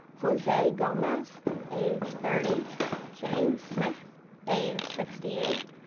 jose gomez age thirty james smith age sixty eight,